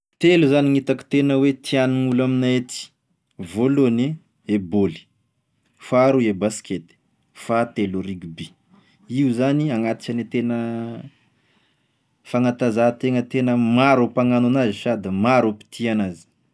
Telo zany gn'itako tena hoe tiàgn'olo aminay aty, voalohany e bôly, faharoy e baskety, fahatelo rugby, io zany agnatisany tena fagnatanzahatena tena maro e mpagnano an'azy sady maro mpitia an'azy.